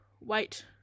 Wait